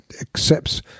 accepts